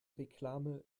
reklame